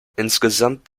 insgesamt